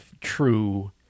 true